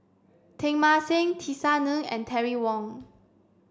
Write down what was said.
Teng Mah Seng Tisa Ng and Terry Wong